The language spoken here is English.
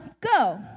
go